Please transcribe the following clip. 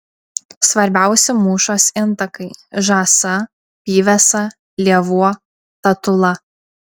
svarbiausi mūšos intakai žąsa pyvesa lėvuo tatula